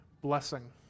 blessing